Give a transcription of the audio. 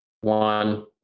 one